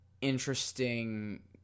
interesting